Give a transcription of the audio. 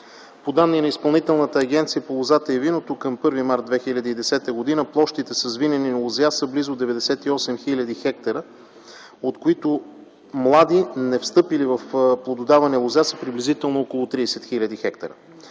По данни на Изпълнителната агенция по лозата и виното към 1 март 2010 г. площите с винени лозя са близо 98 000 хектара, от които невстъпили в плододаване лозя са приблизително около 30 000 хектара.